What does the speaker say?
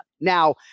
Now